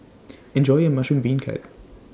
Enjoy your Mushroom Beancurd